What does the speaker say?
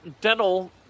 dental